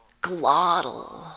glottal